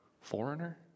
foreigner